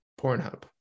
Pornhub